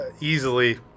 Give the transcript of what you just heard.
easily